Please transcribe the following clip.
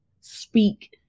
speak